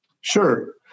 sure